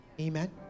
Amen